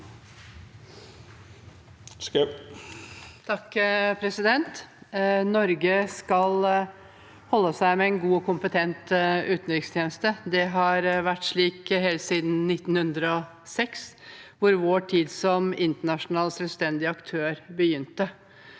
(H) Norge skal holde seg med en god og kompetent utenrikstjeneste. Det har vært slik helt siden 1906, da vår tid som internasjonalt selvstendig aktør begynte.